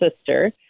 sister